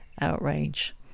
outrage